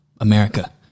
America